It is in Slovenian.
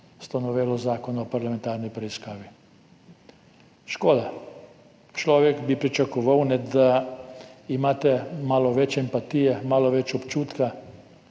s to novelo Zakona o parlamentarni preiskavi. Škoda. Človek bi pričakoval, da imate malo več empatije, malo več občutka